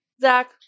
Zach